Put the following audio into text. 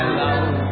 love